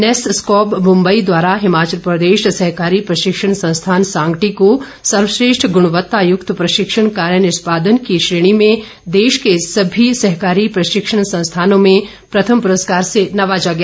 NAFSCOB Mumbai द्वारा हिमाचल प्रदेश सहकारी प्रशिक्षण संस्थान सांगटी को सर्वश्रेष्ठ गुणवत्तायुक्त प्रशिक्षण कार्य निष्पादन की श्रेणी में देश के सभी सहकारी प्रशिक्षण संस्थानों में प्रथम पुरस्कार से नवाजा गया